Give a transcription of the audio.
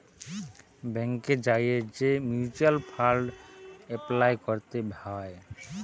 ব্যাংকে যাঁয়ে যে মিউচ্যুয়াল ফাল্ড এপলাই ক্যরতে হ্যয়